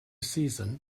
season